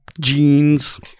jeans